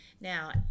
Now